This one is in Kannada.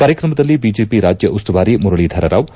ಕಾರ್ಯಕ್ರಮದಲ್ಲಿ ಬಿಜೆಪಿ ರಾಜ್ಯ ಉಸ್ತುವಾರಿ ಮುರಳೀಧರರಾವ್